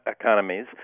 economies